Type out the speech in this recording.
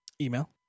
Email